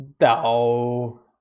no